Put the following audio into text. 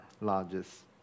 largest